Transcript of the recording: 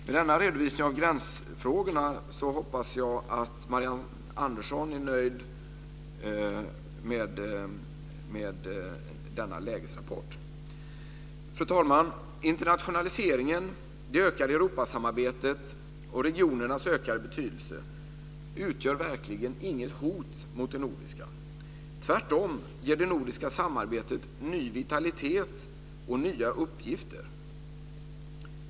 Med denna redovisning av gränsfrågorna hoppas jag att Marianne Andersson är nöjd. Fru talman! Internationaliseringen, det ökade Europasamarbetet och regionernas ökade betydelse utgör verkligen inget hot mot det nordiska. Tvärtom ger det nordiska samarbetet ny vitalitet och nya uppgifter.